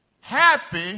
happy